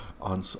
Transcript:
on